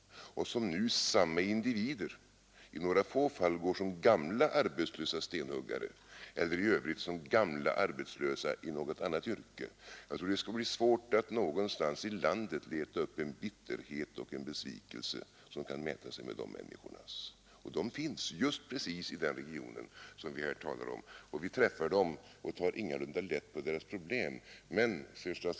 Nu går samma individer, i några få fall som stenhuggare, eller i övrigt i något annat yrke åter arbetslösa som gamla. Jag tror det skulle bli svårt att någonstans i landet leta upp en bitterhet och en besvikelse som kan mäta sig med dessa människors. Och de finns just i den region vi här talar om. Jag träffar dem och tar alltså ingalunda lätt på deras problem.